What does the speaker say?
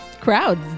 crowds